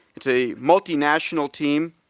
it's a multinational team,